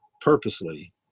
purposely